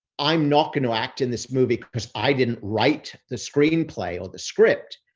i'm not going to act in this movie because i didn't write the screenplay or the script.